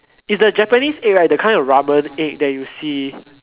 is the Japanese egg right the kind of ramen egg that you see